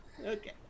Okay